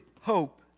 hope